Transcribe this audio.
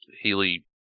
Healy